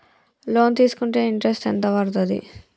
Loan తీస్కుంటే interest ఎంత పడ్తది?